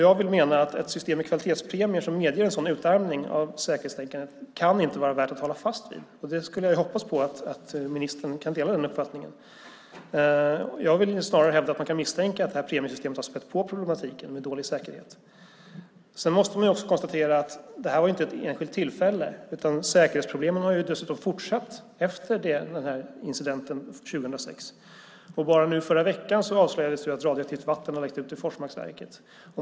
Jag vill mena att ett system med kvalitetspremier som medger en sådan utarmning av säkerhetstänkandet inte kan vara värt att hålla fast vid. Jag hoppas att ministern kan dela den uppfattningen. Jag vill snarare hävda att man kan misstänka att premiesystemet har spätt på problematiken med dålig säkerhet. Man måste också konstatera att det här inte var ett enskilt tillfälle. Säkerhetsproblemen har fortsatt efter incidenten 2006. Förra veckan avslöjades det att radioaktivt vatten hade läckt i Forsmarkverket.